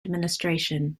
administration